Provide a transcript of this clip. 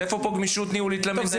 איפה יש פה גמישות ניהולית למנהל?